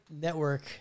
network